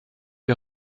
lui